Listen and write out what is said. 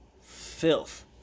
filth